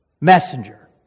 messenger